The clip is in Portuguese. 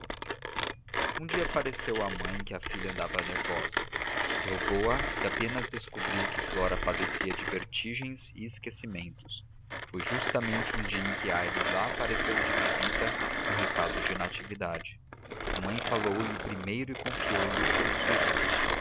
um dia pareceu à mãe que a filha andava nervosa interrogou-a e apenas descobriu que flora padecia de vertigens e esquecimentos foi justamente um dia em que aires lá apareceu de visita com recados de natividade a mãe falou-lhe primeiro e confiou-lhe os seus sustos